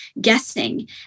guessing